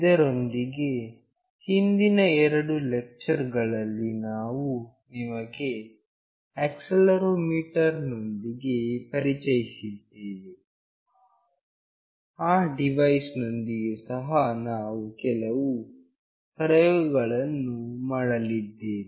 ಇದರೊಂದಿಗೆ ಹಿಂದಿನ ಎರಡು ಲೆಕ್ಚರ್ ಗಳಲ್ಲಿ ನಾವು ನಿಮಗೆ ಆಕ್ಸೆಲೆರೋಮೀಟರ್ ನೊಂದಿಗೆ ಪರಿಚಯಿಸಿದ್ದೇವೆ ಆ ಡಿವೈಸ್ ನೊಂದಿಗೆ ಸಹ ನಾವು ಕೆಲವು ಪ್ರಯೋಗಗಳನ್ನು ಮಾಡಲಿದ್ದೇವೆ